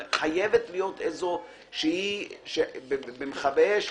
אבל חייבת להיות במכבי אש,